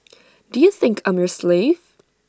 do you think I'm your slave